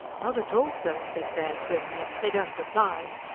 not at all, sir, said baird grimly. they don't reply.